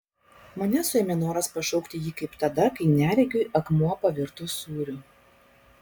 mane suėmė noras pašaukti jį kaip tada kai neregiui akmuo pavirto sūriu